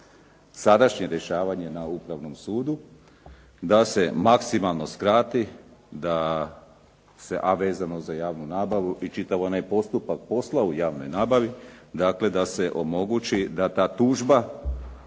sadašnje rješavanje na upravnom sudu da se maksimalno skrati, da se a vezano za javnu nabavu i čitav onaj postupak posla u javnoj nabavi, dakle da se omogući da ta tužba